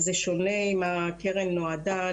זה שונה אם הקרן נועדה